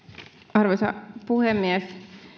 arvoisa puhemies